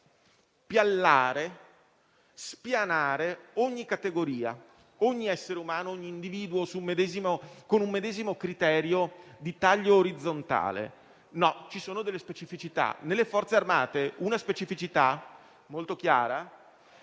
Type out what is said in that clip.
a piallare, a spianare, ogni categoria, ogni essere umano, ogni individuo con un medesimo criterio di taglio orizzontale. No, ci sono delle specificità. Nelle Forze armate una specificità molto chiara